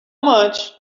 much